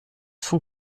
von